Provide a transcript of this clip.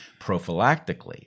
prophylactically